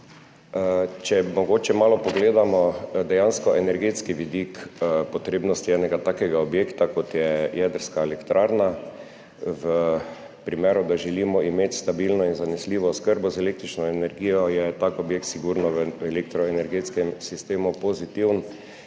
Če mogoče malo pogledamo dejansko energetski vidik potrebnosti enega takega objekta, kot je jedrska elektrarna. Če želimo imeti stabilno in zanesljivo oskrbo z električno energijo, je tak objekt v elektroenergetskem sistemu sigurno